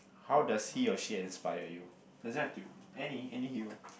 how does he or she inspire you doesn't have to any any hero